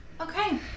okay